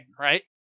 right